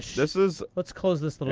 this is let's close this little